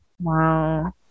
Wow